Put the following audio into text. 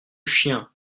chien